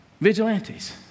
vigilantes